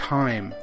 time